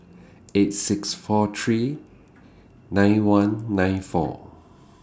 eight six four three nine one nine four